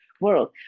world